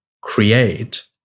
create